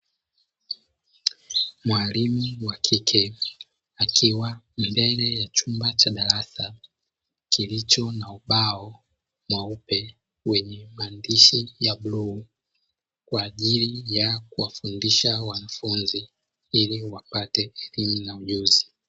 Mwalimu wa kike akiwa mbele ya chumba cha darasa, kilicho na ubao mweupe wenye maandishi ya bluu kwa ajili ya kuwafundisha wanafunzi ili wapate elimu na ujuzi.